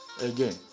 again